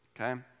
Okay